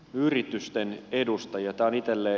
tämä on itselleni epäselvä